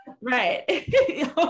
Right